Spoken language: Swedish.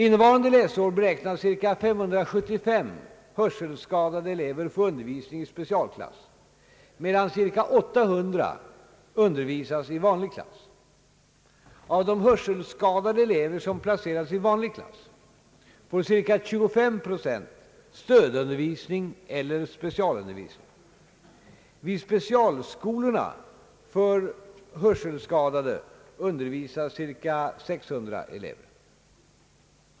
[nnevarande läsår beräknas cirka 575 hörselskadade elever få undervisning i specialklass, medan cirka 800 elever undervisas i vanlig klass. Av de hörselskadade elever som placerats i vanlig klass får cirka 235 procent stödundervisning eller specialundervisning. Vid specialskolorna för hörselskadade undervisas cirka 600 elever.